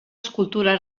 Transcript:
escultura